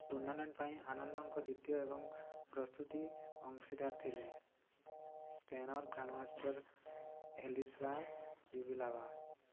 tournament ପାଇଁ ଆନନ୍ଦଙ୍କ ଦ୍ୱିତୀୟ ଏବଂ ପ୍ରସ୍ତୁତି ଅଂଶୀଦାର ଥିଲେ ସ୍ପେନ୍ର ଗ୍ରାଣ୍ଡମାଷ୍ଟର ଏଲିଜବାର ୟୁବିଲାଭା